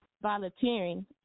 volunteering